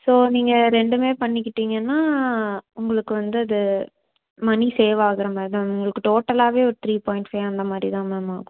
so நீங்கள் ரெண்டுமே பண்ணிக்கிட்டிங்கன்னா உங்களுக்கு வந்து அது மனி சேவ் ஆகிற மாதிரி தான் மேம் உங்களுக்கு டோட்டலாகவே ஒரு த்ரீ பாயிண்ட் ஃபை அந்த மாதிரி தான் மேம் ஆகும்